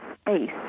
space